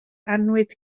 annwyd